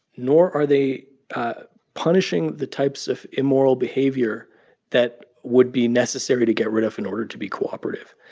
nor are they punishing the types of immoral behavior that would be necessary to get rid of in order to be cooperative.